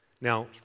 Now